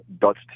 Dutch